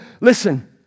Listen